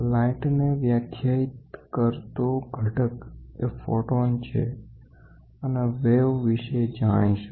light ને વ્યાખ્યાયિત કર તો ઘટક એ ફોટોન છે અને તરંગ વિશે જાણીશું